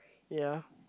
ya